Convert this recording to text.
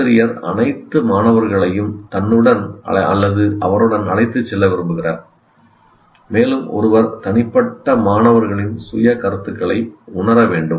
ஆசிரியர் அனைத்து மாணவர்களையும் தன்னுடன் அல்லது அவருடன் அழைத்துச் செல்ல விரும்புகிறார் மேலும் ஒருவர் தனிப்பட்ட மாணவர்களின் சுய கருத்துக்களை உணர வேண்டும்